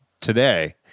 today